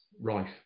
rife